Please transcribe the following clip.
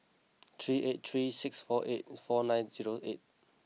three eight three six four eight four nine zero eight